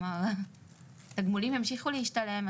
תגמולים ימשיכו להשתלם,